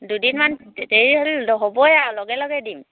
দুদিনমান দেৰি হ'ল হ'বই আৰু লগে লগে দিম